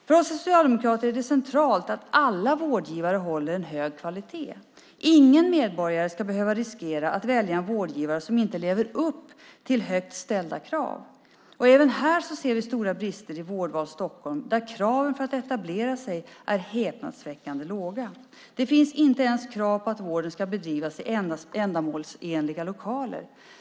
För oss socialdemokrater är det centralt att alla vårdgivare håller en hög kvalitet. Ingen medborgare ska behöva riskera att välja en vårdgivare som inte lever upp till högt ställda krav. Även här ser vi stora brister i Vårdval Stockholm där kraven för att etablera sig är häpnadsväckande låga. Det finns inte ens krav på att vården ska bedrivas i ändamålsenliga lokaler.